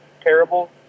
terrible